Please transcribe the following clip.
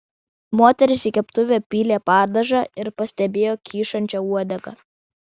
moteris į keptuvę pylė padažą ir pastebėjo kyšančią uodegą